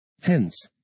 Hence